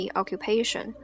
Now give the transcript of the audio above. occupation